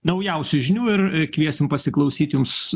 naujausių žinių ir kviesim pasiklausyti jums